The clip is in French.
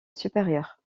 supérieure